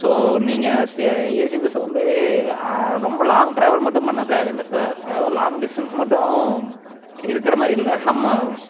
so நீங்கள் AC பஸ்ஸை வந்து ரொம்ப லாங் டிராவல் மட்டும் பண்ண தேவையில்லை அதாவது லாங் டிஸ்டன்ஸ் மட்டும் இருக்கிறமாதிரி இல்ல நம்ம